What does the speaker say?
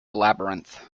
labyrinth